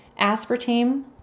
aspartame